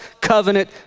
covenant